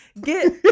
Get